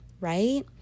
right